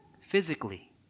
Physically